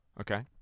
okay